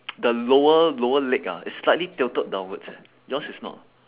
the lower lower leg ah is slightly tilted downwards eh yours is not